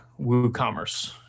WooCommerce